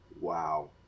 Wow